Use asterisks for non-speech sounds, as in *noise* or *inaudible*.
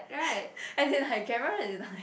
*laughs* as in like Karen is not here